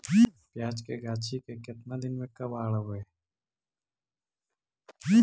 प्याज के गाछि के केतना दिन में कबाड़बै?